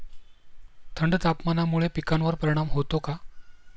थंड तापमानामुळे पिकांवर परिणाम होतो का?